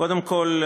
קודם כול,